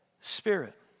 Spirit